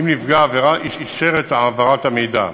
אם נפגע העבירה אישר את העברת המידע.